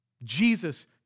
Jesus